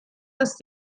ist